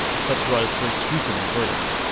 such was her sweeping verdict,